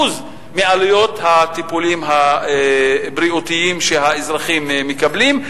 מעלויות הטיפולים הבריאותיים שהם מקבלים,